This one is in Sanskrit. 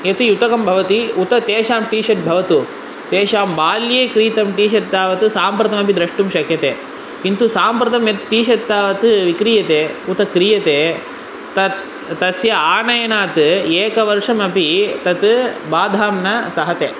यत् युतकं भवति उत तेषां टी शर्ट् भवतु तेषां बाल्ये क्रीतं टी शर्ट् तावत् साम्प्रतमपि द्रष्टुं शक्यते किन्तु साम्प्रतं यत् टी शर्ट् तावत् क्रीयते उत क्रीयते तत् तस्य आनयनात् एकवर्षमपि तत् बाधां न सहते